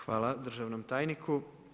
Hvala državnom tajniku.